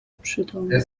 przytomni